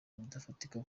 bidafatika